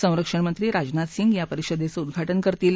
संरक्षणमंत्री राजनाथ सिंग या परिषदेचं उद्दाटन करतील